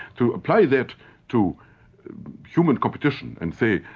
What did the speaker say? to apply that to human competition and say,